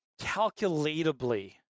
Calculatably